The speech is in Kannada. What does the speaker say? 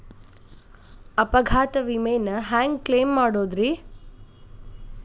ಅಪಘಾತ ವಿಮೆನ ಹ್ಯಾಂಗ್ ಕ್ಲೈಂ ಮಾಡೋದ್ರಿ?